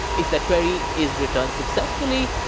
if that query is returned successfully,